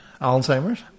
Alzheimer's